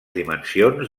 dimensions